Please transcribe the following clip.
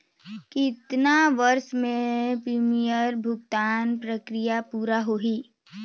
कतना वर्ष मे प्रीमियम भुगतान प्रक्रिया पूरा होही?